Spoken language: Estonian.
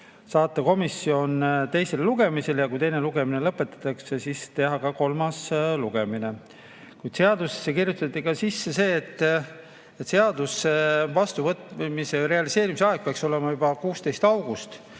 saata eelnõu teisele lugemisele ja kui teine lugemine lõpetatakse, siis teha ka kolmas lugemine. Kuid seadusesse kirjutati sisse ka see, et seaduse realiseerimise aeg peaks olema juba 16. august.